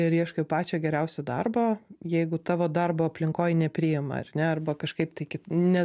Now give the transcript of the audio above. ir ieškai pačio geriausio darbo jeigu tavo darbo aplinkoj nepriima ar ne arba kažkaip tai ne